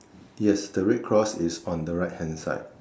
yes the red cross is on the right hand side